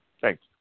Thanks